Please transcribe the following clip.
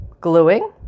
gluing